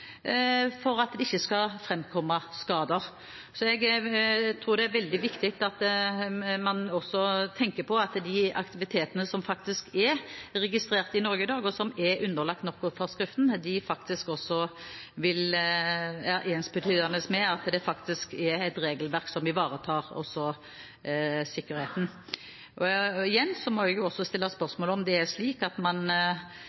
for at det ikke skal forkomme skader. Jeg tror det er veldig viktig at man også tenker på at de aktivitetene som er registrert i Norge i dag, og som er underlagt knockoutforskriften, er ensbetydende med at det er regelverk som ivaretar sikkerheten. Igjen må jeg også stille